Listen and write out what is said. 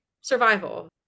survival